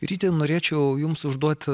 ryti norėčiau jums užduoti